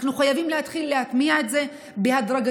אנחנו חייבים להתחיל להטמיע את זה בהדרגתיות,